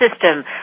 System